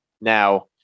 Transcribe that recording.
Now